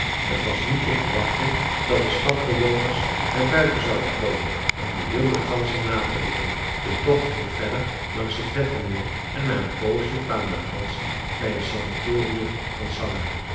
t was niet te verwachten dat de stadsbewoners naar buiten zouden komen om de wilde ganzen na te roepen de tocht ging verder langs t wettermeer en na een poosje kwamen de ganzen bij t sanatorium van sanna